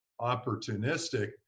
opportunistic